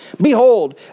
Behold